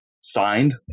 signed